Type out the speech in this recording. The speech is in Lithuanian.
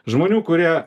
žmonių kurie